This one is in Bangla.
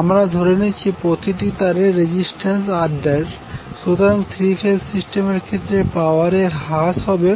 আমরা ধরে নিচ্ছি প্রতিটি তারের রেজিস্ট্যান্স R সুতরাং থ্রি ফেজ সিস্টেমের ক্ষেত্রে পাওয়ার এর হ্রাস হবে